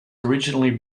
originally